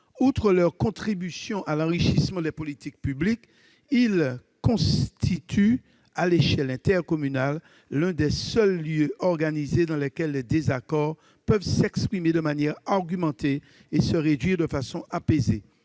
Outre leur contribution à l'enrichissement des politiques publiques, ils constituent, à l'échelle intercommunale, l'un des seuls lieux organisés dans lesquels les désaccords peuvent s'exprimer de manière argumentée et se réduire de façon apaisée.